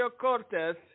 Cortez